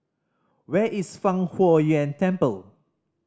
where is Fang Huo Yuan Temple